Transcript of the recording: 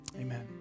Amen